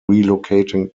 relocating